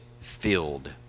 filled